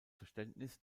verständnis